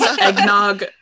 eggnog